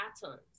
patterns